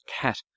cat